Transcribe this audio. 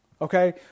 okay